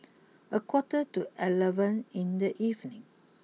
a quarter to eleven in the evening